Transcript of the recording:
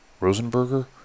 Rosenberger